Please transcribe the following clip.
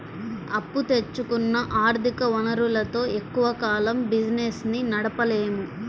అప్పు తెచ్చుకున్న ఆర్ధిక వనరులతో ఎక్కువ కాలం బిజినెస్ ని నడపలేము